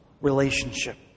relationship